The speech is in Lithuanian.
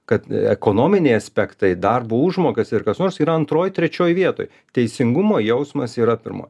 kad ekonominiai aspektai darbo užmokestis ar kas nors yra antroj trečioj vietoj teisingumo jausmas yra pirma